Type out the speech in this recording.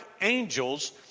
angels